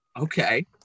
Okay